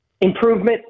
improvement